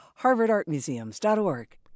harvardartmuseums.org